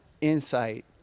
insight